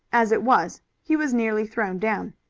as it was, he was nearly thrown down.